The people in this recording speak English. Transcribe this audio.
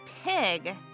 Pig